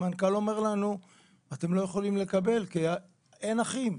והמנכ"ל אמר לנו שאנחנו לא יכולים לקבל את הרשימה כי אין אחים,